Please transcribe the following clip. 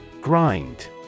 Grind